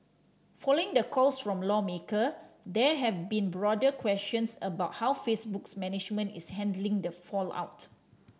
following the calls from lawmaker there have been broader questions about how Facebook's management is handling the fallout